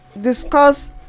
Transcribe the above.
discuss